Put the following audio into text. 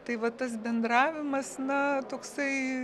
tai va tas bendravimas na toksai